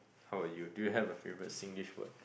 how about you do you have a favourite Singlish word